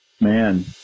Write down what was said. man